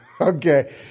Okay